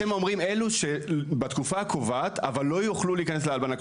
אתם אומרים אלו שבתקופה הקובעת אבל לא יוכלו להיכנס להלבנה.